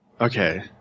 Okay